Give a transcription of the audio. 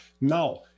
Now